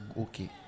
okay